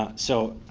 ah so,